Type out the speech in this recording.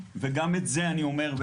וגם את זה אני אומר,